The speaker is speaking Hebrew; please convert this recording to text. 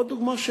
עוד דוגמה,